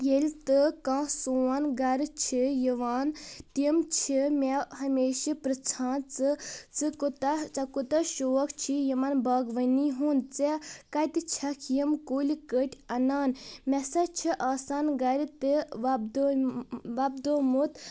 ییٚلہِ تہٕ کانٛہہ سون گرٕ چھِ یِوان تِم چھِ مےٚ ہمیشہٕ پرژھان ژٕ ژٕ کوتاہ ژےٚ کوتاہ شوق چھی یِمن باغوٲنی ہُنٛد ژےٚ کتہِ چھکھ یِم کُلۍ کٔٹۍ انان مےٚ ہسا چھِ آسان گرِ تہِ وۄپدٲے وۄپدومُت